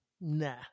nah